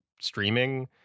streaming